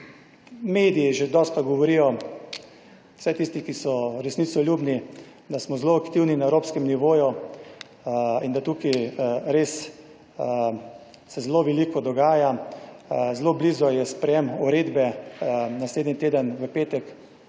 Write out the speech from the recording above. Mediji že dostikrat govorijo, vsaj tisti, ki so resnicoljubni, da smo zelo aktivni na evropskem nivoju, in da tukaj res se zelo veliko dogaja. Zelo blizu je sprejem uredbe. Naslednji teden v petek